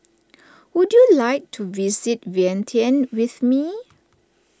would you like to visit Vientiane with me